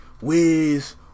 Wiz